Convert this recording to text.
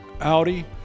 Audi